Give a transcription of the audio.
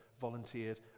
volunteered